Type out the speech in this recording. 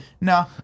No